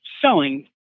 selling